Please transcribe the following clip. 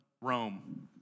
Rome